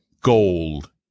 Gold